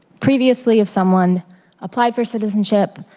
previously if someone applied for citizenship,